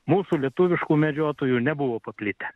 mūsų lietuviškų medžiotojų nebuvo paplitę